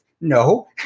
No